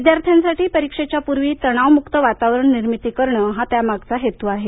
विद्यार्थ्यांसाठी परीक्षेच्या पूर्वी तणावमुक्त वातावरण निर्मिती करणं हा त्यामागचा हेतू आहे